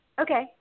Okay